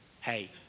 Hey